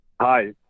Hi